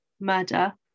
murder